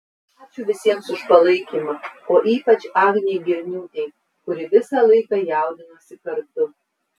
ačiū visiems už palaikymą o ypač agnei girniūtei kuri visą laiką jaudinosi kartu